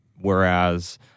Whereas